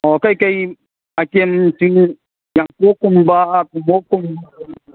ꯑꯣ ꯀꯩ ꯀꯩ ꯑꯥꯏꯇꯦꯝꯁꯤꯡ ꯌꯥꯡꯀꯣꯛꯀꯨꯝꯕ ꯎꯝꯃꯣꯛꯀꯨꯝꯕ